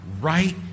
right